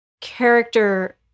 character